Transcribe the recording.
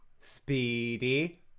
Speedy